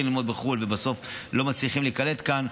ללמוד בחו"ל ובסוף לא מצליחים להיקלט כאן,